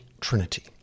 trinity